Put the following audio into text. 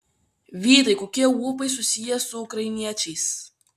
vytai kokie ūpai susiję su ukrainiečiais